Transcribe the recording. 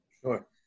Sure